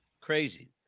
Crazy